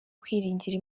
kwiringira